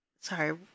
sorry